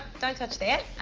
don't touch that.